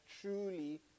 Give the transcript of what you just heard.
truly